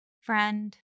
friend